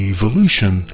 Evolution